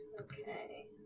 Okay